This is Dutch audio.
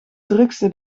drukste